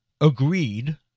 agreed